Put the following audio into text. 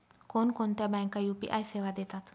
कोणकोणत्या बँका यू.पी.आय सेवा देतात?